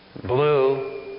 Blue